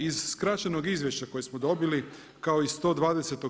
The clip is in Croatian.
Iz skraćenog izvješća koje smo dobili kao i 120.